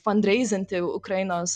fandreizinti ukrainos